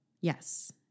Yes